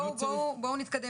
בואו נתקדם,